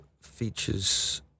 features